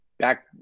Back